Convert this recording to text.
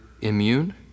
immune